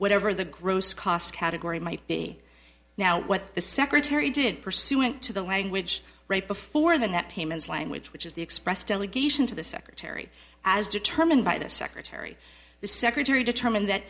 whatever the gross cost category might be now what the secretary did pursuant to the language right before the net payments language which is the expressed delegation to the secretary as determined by the secretary the secretary determined that